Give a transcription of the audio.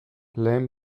lehen